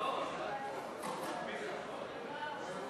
לסעיף 1